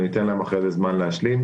ניתן להם אחרי זה זמן להשלים.